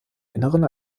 inneren